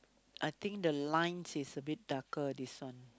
I think the lines is a bit darker this one